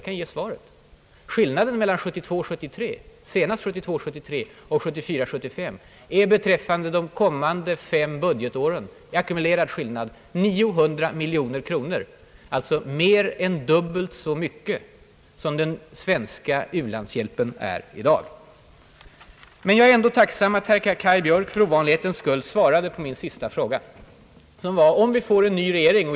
Den ackumulerade skillnaden mellan senast 1972 75 är beträffande de kommande fem budgetåren minst 900 miljoner kronor, alltså mer än dubbelt så mycket som den svenska u-landshjälpen i dag. Men jag är ändå tacksam för att herr Kaj Björk för ovanlighetens skull svarade på min sista fråga, om hur det blir om vi får en ny regering.